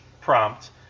prompt